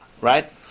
right